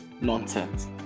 nonsense